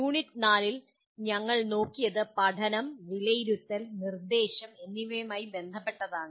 unit 4 ൽ ഞങ്ങൾ നോക്കിയത് പഠനം വിലയിരുത്തൽ നിർദ്ദേശം എന്നിവയുമായി ബന്ധപ്പെട്ടതാണ്